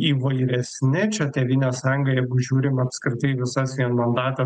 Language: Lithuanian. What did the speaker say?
įvairesni čia tėvynės sąjunga jeigu žiūrim apskritai visas vienmandates